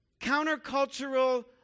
countercultural